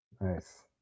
Nice